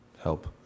help